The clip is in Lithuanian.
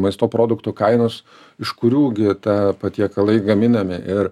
maisto produktų kainos iš kurių gi ta patiekalai gaminami ir